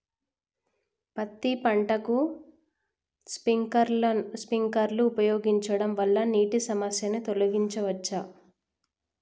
పత్తి పంటకు స్ప్రింక్లర్లు ఉపయోగించడం వల్ల నీటి సమస్యను తొలగించవచ్చా?